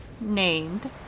named